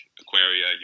Aquaria